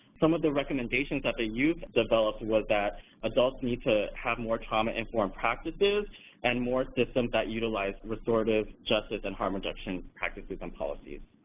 some of the recommendations that the youth developed was that adults need to have more trauma-informed practices and more systems that utilize restorative justice and harm addiction practices and policies.